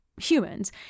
humans